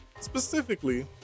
Specifically